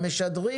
משדרים